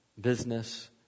Business